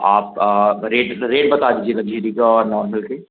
आप rate rate बता दीजिए लग्जरी का और नॉन लग्जरी